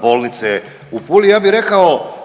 bolnice u Puli. Ja bi rekao